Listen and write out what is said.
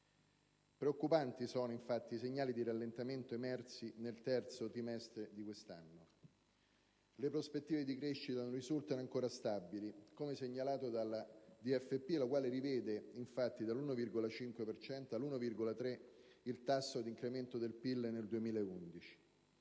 Preoccupanti sono infatti i segnali di rallentamento emersi nel terzo trimestre di quest'anno. Le prospettive di crescita non risultano ancora stabili, come segnalato dalla DFP, la quale rivede infatti dall'1,5 per cento all'1,3 per cento il tasso di incremento del PIL nel 2011.